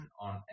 on